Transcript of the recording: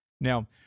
Now